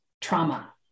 trauma